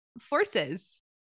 forces